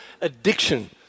addiction